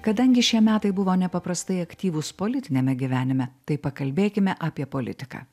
kadangi šie metai buvo nepaprastai aktyvūs politiniame gyvenime tai pakalbėkime apie politiką